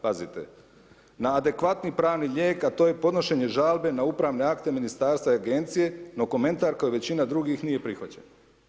Pazite, na adekvatni pravni lijek a to je podnošenje žalbe na upravne akte ministarstva i agencije, no komentar kao i većina drugih, nije prihvaćen.